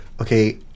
Okay